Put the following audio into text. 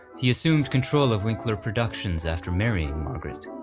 he assumed control of winkler productions after marrying margaret.